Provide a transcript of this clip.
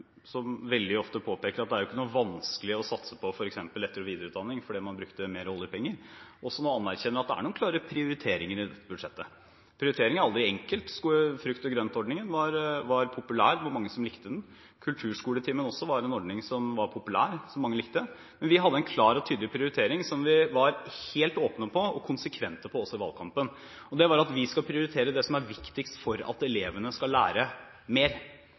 som veldig ofte påpeker at det ikke er vanskelig å satse på f.eks. etter- og videreutdanning, fordi man brukte flere oljepenger, også anerkjenner at det er noen klare prioriteringer i dette budsjettet. Prioriteringer er aldri enkelt. Frukt og grønt-ordningen var populær. Det var mange som likte den. Kulturskoletimen var også en ordning som var populær, som mange likte. Men vi hadde en klar og tydelig prioritering, som vi var helt åpne om og konsekvente på også i valgkampen. Det var at vi skal prioritere det som er viktigst for at elevene skal lære mer.